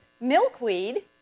milkweed